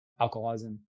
alcoholism